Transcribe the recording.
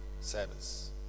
service